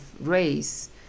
race